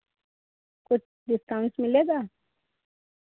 कुछ डिस्काउंट्स मिलेगा